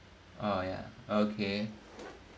oh ya okay